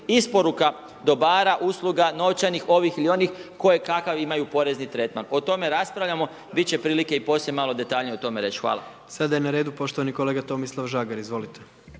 isporuka dobara, usluga, novčanih, onih ili onih koje kakav imaju porezni tretman. O tome raspravljamo, biti će prilike i poslije malo detaljnije o tome reći. Hvala. **Jandroković, Gordan (HDZ)** Sada je na redu poštovani kolega Tomislav Žagar. **Žagar,